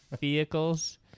vehicles